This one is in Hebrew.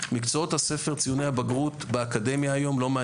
ציוני הבגרות במקצועות הספר לא מעניינים.